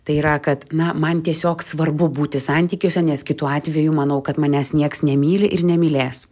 tai yra kad na man tiesiog svarbu būti santykiuose nes kitu atveju manau kad manęs nieks nemyli ir nemylės